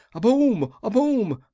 a bom! a bom!